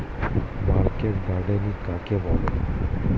Market gardening কাকে বলে?